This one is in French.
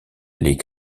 les